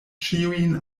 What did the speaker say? ĉiujn